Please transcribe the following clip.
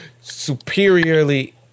superiorly